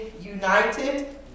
united